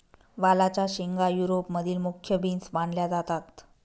वालाच्या शेंगा युरोप मधील मुख्य बीन्स मानल्या जातात